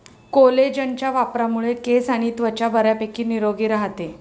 कोलेजनच्या वापरामुळे केस आणि त्वचा बऱ्यापैकी निरोगी राहते